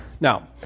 Now